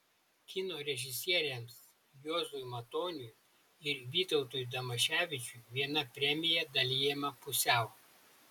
kino režisieriams juozui matoniui ir vytautui damaševičiui viena premija dalijama pusiau